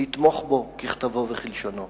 לתמוך בו ככתבו וכלשונו.